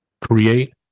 create